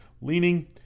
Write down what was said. leaning